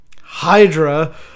Hydra